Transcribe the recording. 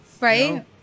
right